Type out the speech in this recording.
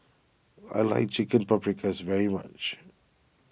I like Chicken Paprikas very much